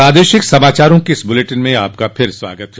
प्रादेशिक समाचारों के इस बुलेटिन में आपका फिर से स्वागत है